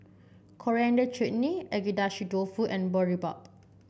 Coriander Chutney Agedashi Dofu and Boribap